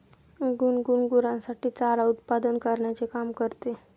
गुनगुन गुरांसाठी चारा उत्पादन करण्याचे काम करते